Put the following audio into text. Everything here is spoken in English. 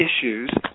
issues